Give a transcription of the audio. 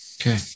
okay